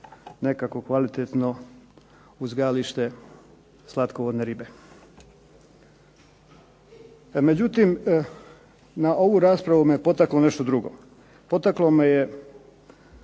nekakvo kvalitetno uzgajalište slatkovodne ribe. Međutim, na ovu raspravu me potaklo nešto drugo. Potaklo me je